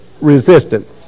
resistance